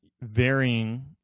Varying